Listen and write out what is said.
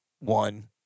one